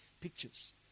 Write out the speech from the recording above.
pictures